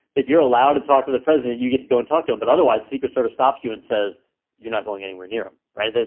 if you're allowed to talk to the president, you get to go and talk to him, but otherwise, secret service stops you and says you're not going anywhere near him, right?